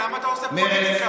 למה אתה עושה פוליטיקה?